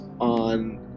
on